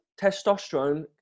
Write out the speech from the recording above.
testosterone